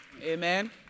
Amen